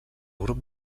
grup